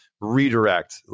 redirect